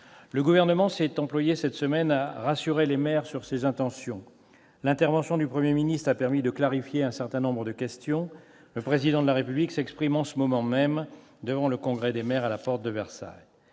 Le Gouvernement s'est employé cette semaine à rassurer les maires sur ses intentions. L'intervention du Premier ministre a permis de clarifier un certain nombre de questions. Le Président de la République s'exprime en ce moment même devant le congrès des maires, à la porte de Versailles.